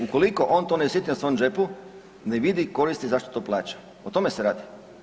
Ukoliko on to ne osjeti na svom džepu ne vidi koristi zašto to plaća, o tome se radi.